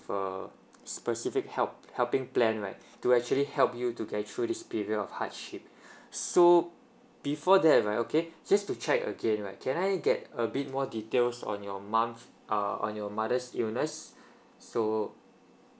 a specific help helping plan right to actually help you to get through this period of hardship so before that right okay just to check again right can I get a bit more details on your mum's uh on your mother's illness so